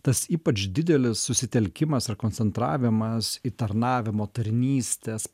tas ypač didelis susitelkimas ir koncentravimas į tarnavimo tarnystės